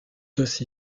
aussi